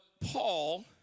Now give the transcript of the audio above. Paul